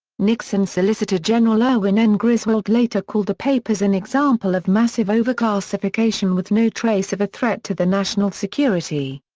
nixon solicitor general erwin n. griswold later called the papers an example of massive overclassification with no trace of a threat to the national security.